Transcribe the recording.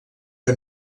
que